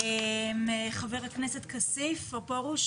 חבר הכנסת כסיף או פורוש,